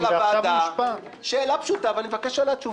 אני רוצה לשאול את היועצת המשפטית של